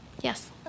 Yes